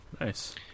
Nice